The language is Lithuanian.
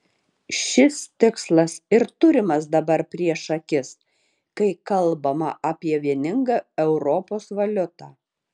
šis tikslas ir turimas dabar prieš akis kai kalbama apie vieningą europos valiutą